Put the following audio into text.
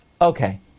Okay